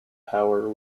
power